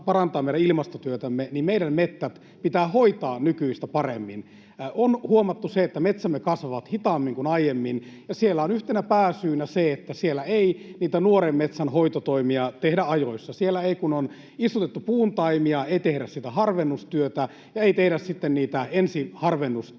meidän ilmastotyötämme, niin meidän metsät pitää hoitaa nykyistä paremmin. On huomattu se, että metsämme kasvavat hitaammin kuin aiemmin, ja yhtenä pääsyynä on se, että niitä nuoren metsän hoitotoimia ei tehdä ajoissa — kun on istutettu puuntaimia, ei tehdä sitä harvennustyötä ja ei tehdä sitten niitä ensiharvennustöitä.